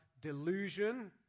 Delusion